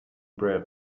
bread